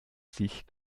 sich